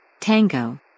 tango